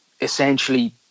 essentially